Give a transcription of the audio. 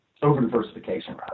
Over-diversification